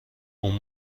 اون